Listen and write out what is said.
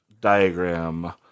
diagram